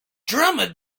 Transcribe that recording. drummer